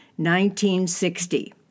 1960